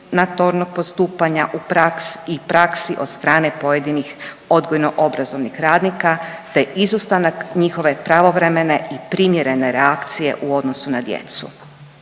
diskriminatornog postupanja u praksi, i praksi od strane pojedinih odgojno obrazovnih radnika te izostanak njihove pravovremene i primjerene reakcije u odnosu na djecu.